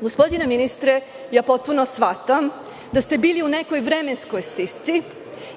Gospodine ministre, ja potpuno shvatam da ste bili u nekoj vremenskoj stisci